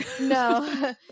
No